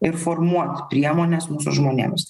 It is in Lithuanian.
ir formuot priemones mūsų žmonėms